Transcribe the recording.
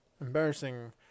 embarrassing